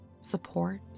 support